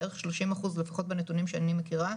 בערך 30% לפחות בנתונים שאני מכירה,